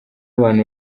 abantu